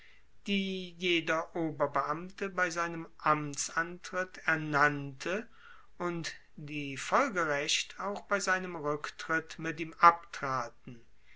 die jeder oberbeamte bei seinem amtsantritt ernannte und die folgerecht auch bei seinem ruecktritt mit ihm abtraten